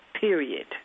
period